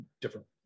different